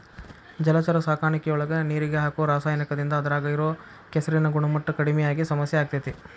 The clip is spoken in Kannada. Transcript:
ಜಲಚರ ಸಾಕಾಣಿಕೆಯೊಳಗ ನೇರಿಗೆ ಹಾಕೋ ರಾಸಾಯನಿಕದಿಂದ ಅದ್ರಾಗ ಇರೋ ಕೆಸರಿನ ಗುಣಮಟ್ಟ ಕಡಿಮಿ ಆಗಿ ಸಮಸ್ಯೆ ಆಗ್ತೇತಿ